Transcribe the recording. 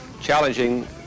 challenging